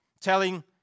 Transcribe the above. telling